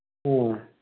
ம்